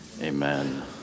Amen